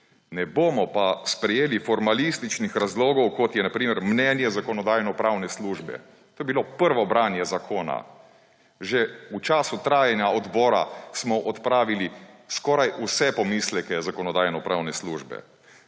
Ne bomo pa sprejeli formalističnih razlogov, kot je na primer mnenje Zakonodajno-pravne službe. To je bilo prvo branje zakona. Že v času trajanja odbora smo odpravili skoraj vse pomisleke Zakonodajno-pravne službe.